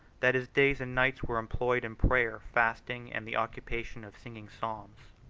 that his days and nights were employed in prayer, fasting, and the occupation of singing psalms.